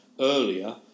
earlier